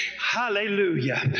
Hallelujah